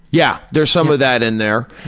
yeah. there's some of that in there.